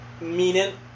meaning